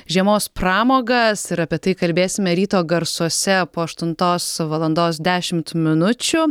žiemos pramogas ir apie tai kalbėsime ryto garsuose po aštuntos valandos dešimt minučių